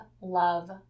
love